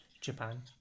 japan